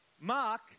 Mark